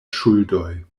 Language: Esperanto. ŝuldoj